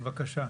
בבקשה.